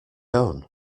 own